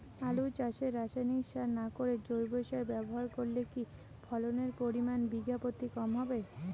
আলু চাষে রাসায়নিক সার না করে জৈব সার ব্যবহার করলে কি ফলনের পরিমান বিঘা প্রতি কম হবে?